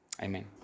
Amen